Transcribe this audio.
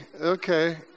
Okay